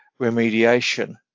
remediation